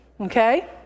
Okay